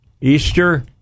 Easter